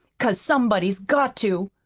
cause somebody's got to.